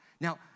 Now